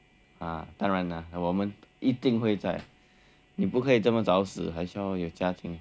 啊当然那我们一定会在你不可以这么早死还需要有家庭